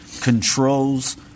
controls